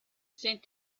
sent